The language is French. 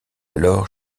alors